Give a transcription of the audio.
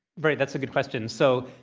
right. that's a good question. so